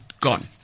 gone